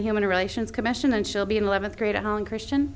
the human relations commission and she'll be in eleventh grade at home christian